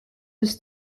dass